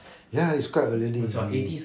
ya he's quite already he